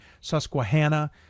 Susquehanna